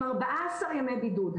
תודה לך,